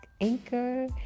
Anchor